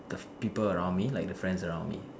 the people around me like the friends around me